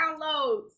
downloads